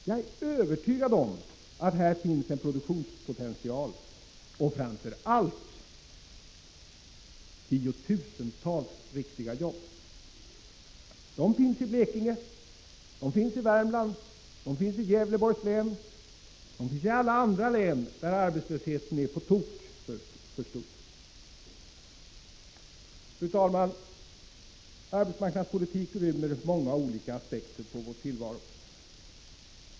Jag är övertygad om att här finns en produktionspotential och framför allt tiotusentals riktiga jobb. De finns i Blekinge, i Värmland, i Gävleborgs län och i alla andra län där arbetslösheten är på tok för stor. Fru talman! Arbetsmarknadspolitik rymmer många olika aspekter på vår tillvaro.